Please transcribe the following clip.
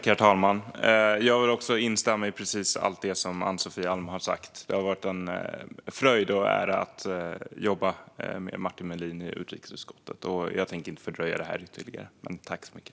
Herr talman! Jag instämmer i allt som Ann-Sofie Alm har sagt. Det har varit en fröjd och en ära att jobba tillsammans med Martin Melin i utrikesutskottet. Tack så mycket!